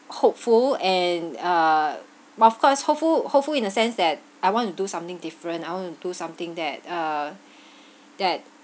hopeful and uh but of course hopeful hopeful in the sense that I want to do something different I want to do something that uh that